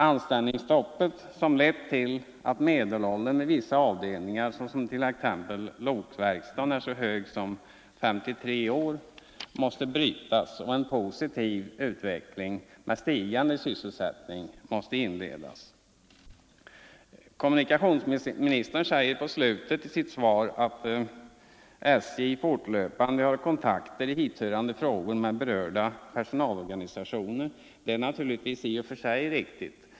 Anställningsstoppet — som har lett till att medelåldern på vissa avdelningar, t.ex. i lokverkstaden, är 53 år — måste brytas och en positiv utveckling med stigande sysselsättning inledas. Kommunikationsministern säger i slutet av sitt svar att ”SJ fortlöpande har kontakter i hithörande frågor med berörda personalorganisationer”. Det är naturligtvis riktigt i och för sig.